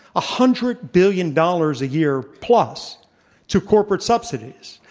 ah hundred billion dollars a year plus to corporate sub sidies,